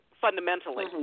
fundamentally